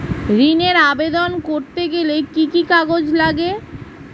ঋণের আবেদন করতে গেলে কি কি কাগজ লাগে?